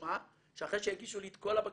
משמע שאחרי שיגישו לי את כל הבקשות,